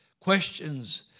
Questions